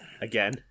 Again